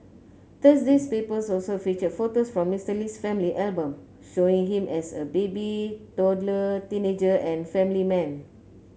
Thursday's papers also featured photos from Mister Lee's family album showing him as a baby toddler teenager and family man